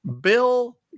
Bill